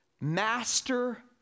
master